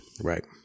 Right